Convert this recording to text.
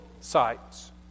sites